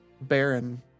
barren